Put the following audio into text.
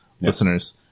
listeners